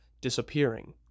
disappearing